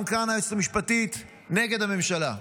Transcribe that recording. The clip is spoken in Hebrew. גם כאן היועצת המשפטית נגד הממשלה.